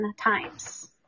times